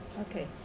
Okay